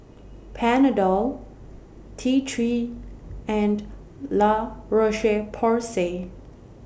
Panadol T three and La Roche Porsay